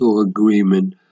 Agreement